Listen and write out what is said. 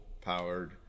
powered